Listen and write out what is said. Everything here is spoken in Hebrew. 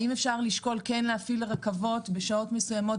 האם אפשר לשקול להפעיל רכבות בשעות מסוימות